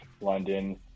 london